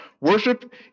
Worship